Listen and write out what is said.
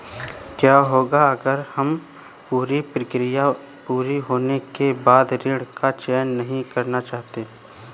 क्या होगा अगर हम पूरी प्रक्रिया पूरी होने के बाद ऋण का चयन नहीं करना चाहते हैं?